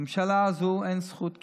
לממשלה הזו אין זכות קיום.